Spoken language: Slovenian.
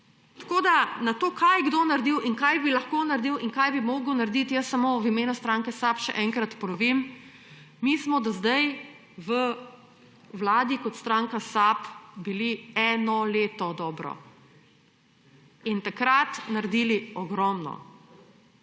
koalicija. Na to, kaj je kdo naredil, kaj bi lahko naredil in kaj bi moral narediti, jaz v imenu stranke SAB še enkrat ponovim. Mi smo do zdaj v vladi kot stranka SAB bili eno dobro leto in takrat naredili ogromno.